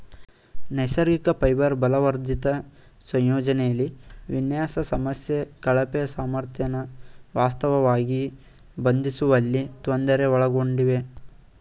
ನೈಸರ್ಗಿಕ ಫೈಬರ್ ಬಲವರ್ಧಿತ ಸಂಯೋಜನೆಲಿ ವಿನ್ಯಾಸ ಸಮಸ್ಯೆ ಕಳಪೆ ಸಾಮರ್ಥ್ಯನ ವಾಸ್ತವವಾಗಿ ಬಂಧಿಸುವಲ್ಲಿ ತೊಂದರೆ ಒಳಗೊಂಡಿವೆ